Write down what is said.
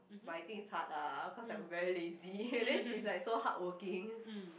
but I think it's hard lah cause I'm very lazy and then she's like so hardworking